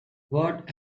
what